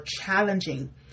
challenging